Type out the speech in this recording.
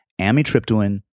amitriptyline